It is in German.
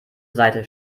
seite